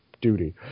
duty